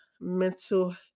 mental